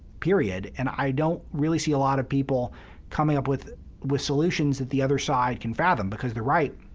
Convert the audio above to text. period. and i don't really see a lot of people coming up with with solutions that the other side can fathom, because the right,